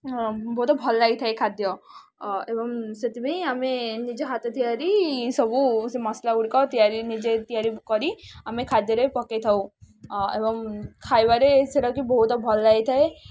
ବହୁତ ଭଲ ଲାଗିଥାଏ ଖାଦ୍ୟ ଏବଂ ସେଥିପାଇଁ ଆମେ ନିଜ ହାତ ତିଆରି ସବୁ ସେ ମସଲା ଗୁଡ଼ିକ ତିଆରି ନିଜେ ତିଆରି କରି ଆମେ ଖାଦ୍ୟରେ ପକେଇ ଥାଉ ଏବଂ ଖାଇବାରେ ସେଇଟାକି ବହୁତ ଭଲ ଲାଗିଥାଏ